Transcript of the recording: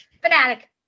fanatic